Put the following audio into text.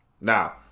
Now